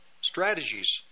strategies